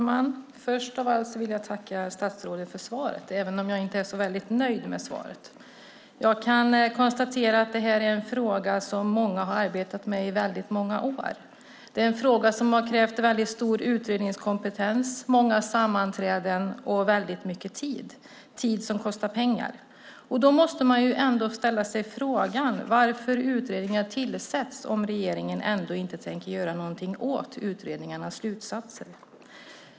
Herr talman! Jag tackar statsrådet för svaret, även om jag inte är särskilt nöjd med det. Jag konstaterar att det här är en fråga som många har arbetat med i många år. Det är en fråga som har krävt stor utredningskompetens, många sammanträden och mycket tid - tid som kostar pengar. Man kan fråga sig varför utredningar tillsätts om regeringen ändå inte tänker göra något åt utredningarnas slutsatser.